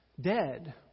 Dead